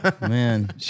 Man